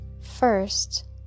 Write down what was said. First